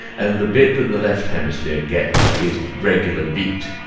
and the bit that the left hemisphere gets is regular beat